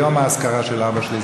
היום האזכרה של אבא שלי,